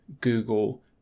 Google